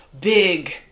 big